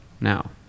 Now